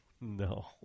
No